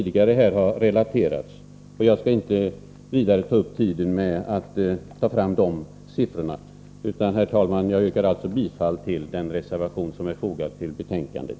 Den har relaterats tidigare, och jag skall inte ta upp tiden med att redogöra för de siffror som har redovisats där. Herr talman! Jag yrkar bifall till den reservation som är fogad till betänkandet.